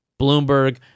Bloomberg